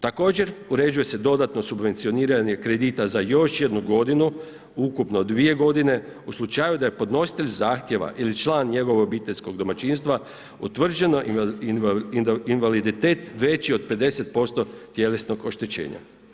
Također uređuje se dodatno subvencioniranje kredita za još jednu godinu, ukupno dvije godine u slučaju da je podnositelj zahtjeva ili član njegovog obiteljskog domaćinstva utvrđen invaliditet veći od 50% tjelesnog oštećenja.